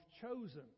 chosen